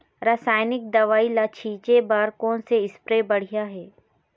रासायनिक दवई ला छिचे बर कोन से स्प्रे बढ़िया हे?